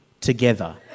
together